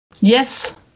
yes